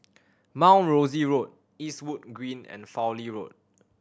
Mount Rosie Road Eastwood Green and Fowlie Road